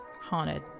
Haunted